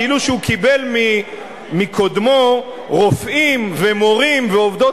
כאילו שהוא קיבל מקודמו רופאים ומורים ועובדות